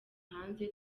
hanze